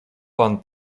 pan